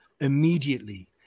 immediately